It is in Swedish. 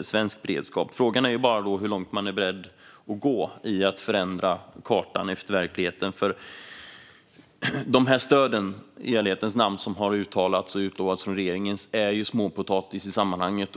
svensk beredskap. Frågan är bara hur långt man är beredd att gå för att förändra kartan efter verkligheten. I ärlighetens namn är de stöd som har utlovats från regeringen småpotatis i sammanhanget.